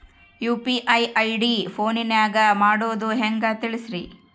UPI ID ಫೋನಿನಾಗ ಮಾಡೋದು ಹೆಂಗ ತಿಳಿಸ್ರಿ?